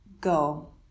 Go